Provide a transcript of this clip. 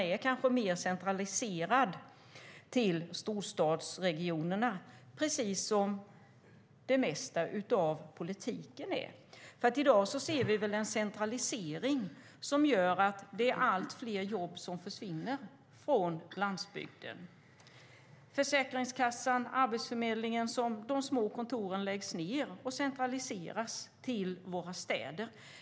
Den kanske är centraliserad till storstadsregionerna - precis som det mesta av politiken är. I dag ser vi en centralisering som gör att allt fler jobb försvinner från landsbygden. Försäkringskassans och Arbetsförmedlingens små kontor läggs ned och centraliseras till våra städer.